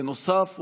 בנוסף,